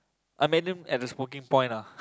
I met him in the smoking point lah